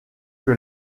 que